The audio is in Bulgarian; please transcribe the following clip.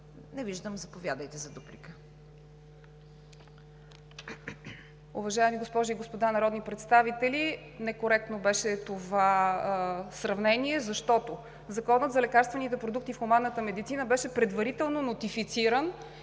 Не виждам. Заповядайте за дуплика.